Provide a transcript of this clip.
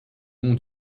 nom